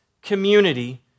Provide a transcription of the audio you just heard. community